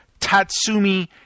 Tatsumi